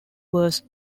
was